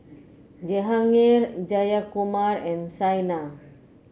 Jehangirr Jayakumar and Saina